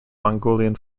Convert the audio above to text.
mongolian